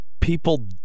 people